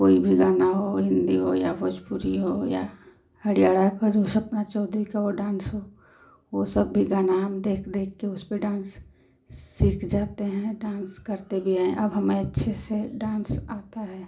कोई भी गाना हो हिन्दी हो या भोजपुरी हो या हड़ियाणा का जो सपना चौधरी का वो डांस हो वो सब भी गाना हम देख देख कर उस पर डांस सीख जाते हैं डांस करते भी हैं अब हमें अच्छे से डांस आता है